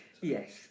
yes